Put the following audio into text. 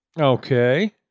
okay